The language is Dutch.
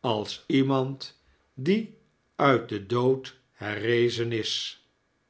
als iemand die uit den dood herrezen is